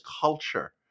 culture